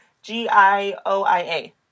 G-I-O-I-A